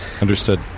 Understood